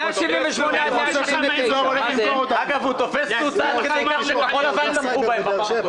178 179. להזכיר לך מה אמרו עליכם?